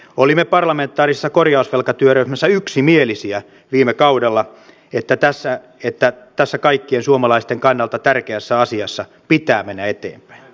olimme parlamentaarisessa korjausvelkatyöryhmässä yksimielisiä viime kaudella että tässä kaikkien suomalaisten kannalta tärkeässä asiassa pitää mennä eteenpäin